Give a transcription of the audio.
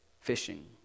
fishing